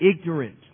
ignorant